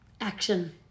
action